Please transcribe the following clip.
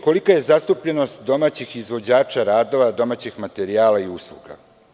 Kolika je zastupljenost domaćih izvođača radova, domaćih materijala i usluga?